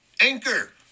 Anchor